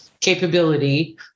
capability